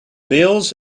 bills